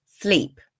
sleep